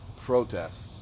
protests